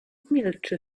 milczy